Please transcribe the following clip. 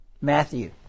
Matthew